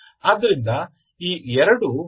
ಆದ್ದರಿಂದ ಈ ಎರಡು ಒ